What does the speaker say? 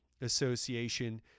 Association